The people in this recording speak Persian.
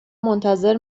منتظر